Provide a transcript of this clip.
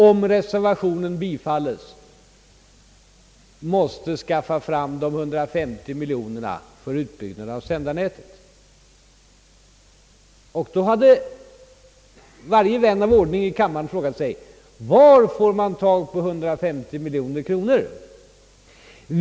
Om reservationen bifalles måste man på annat håll skaffa fram de 150 miljonerna för utbyggnad av sändarnätet. Då hade varje vän av ordning i kammaren frågat sig: Var får man tag på 150 miljoner?